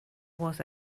was